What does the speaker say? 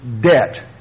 debt